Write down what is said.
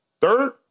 Third